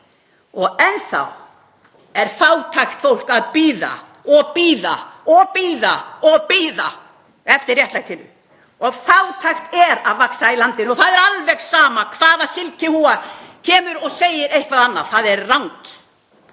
Enn þá er fátækt fólk að bíða og bíða og bíða eftir réttlætinu og fátækt er að vaxa í landinu. Það er alveg sama hvaða silkihúfa kemur og segir eitthvað annað, það er rangt.